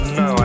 no